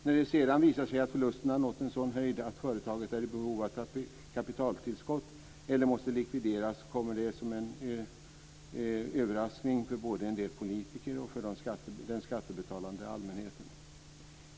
När det sedan visar sig att förlusterna har nått en sådan höjd att företaget är i behov av kapitaltillskott eller måste likvideras kommer det som en överraskning både för en del politiker och för den skattebetalande allmänheten.